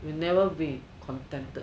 you never be contented